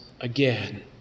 again